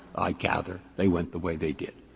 i gather, they went the way they did.